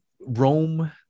rome